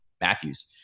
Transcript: Matthews